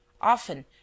Often